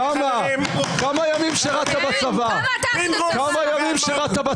סירוב פקודה קבוע, כמה ימים היית בצבא, כמה ימים?